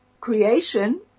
creation